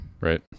right